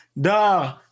Duh